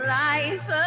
life